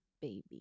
Baby